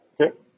Okay